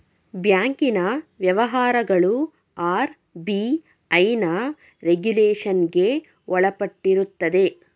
ಬ್ಯಾಂಕಿನ ವ್ಯವಹಾರಗಳು ಆರ್.ಬಿ.ಐನ ರೆಗುಲೇಷನ್ಗೆ ಒಳಪಟ್ಟಿರುತ್ತದೆ